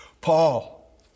Paul